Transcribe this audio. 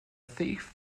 thief